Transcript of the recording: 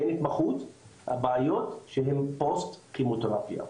אין התמחות לבעיות שהן פוסט כימותרפיה,